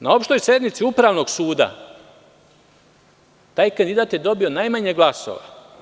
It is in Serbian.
Na opštoj sednici Upravnog suda taj kandidat je dobio najmanje glasova.